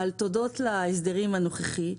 תודות לחוק ההסדרים הנוכחי,